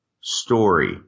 story